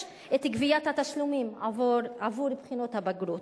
את גביית התשלומים בעבור בחינות הבגרות.